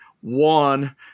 one